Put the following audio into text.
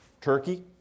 turkey